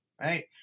right